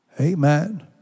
Amen